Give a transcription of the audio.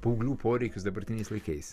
paauglių poreikius dabartiniais laikais